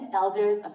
elders